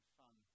fun